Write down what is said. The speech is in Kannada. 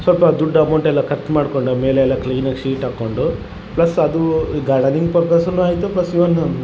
ಸ್ವಲ್ಪ ದುಡ್ಡು ಅಮೌಂಟ್ ಎಲ್ಲ ಕಟ್ಟಿ ಮಾಡಿಕೊಂಡ ಮೇಲೆ ಎಲ್ಲ ಕ್ಲೀನಾಗಿ ಶೀಟ್ ಹಾಕೊಂಡು ಪ್ಲಸ್ ಅದು ಗಾರ್ಡನಿಂಗ್ ಪರ್ಪಸ್ಸುನು ಆಯಿತು ಪ್ಲಸ್ ಇವನ್